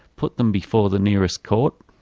put them before the nearest court,